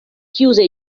chiuse